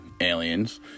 aliens